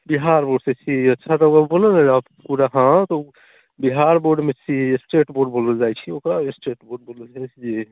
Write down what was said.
बिहार बोर्डसँ छी अच्छा तऽ ओ बोलू ने पूरा हँ तऽ बिहार बोर्डमे छी स्टेट बोर्ड बोलल जाइत छै ओकरा स्टेट बोर्ड बोलल जाइत छै जी